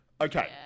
Okay